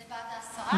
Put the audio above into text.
בעד, זה בעד ההסרה?